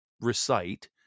recite